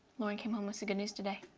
lauren came home with some good news today.